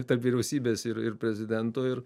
tarp vyriausybės ir ir prezidento ir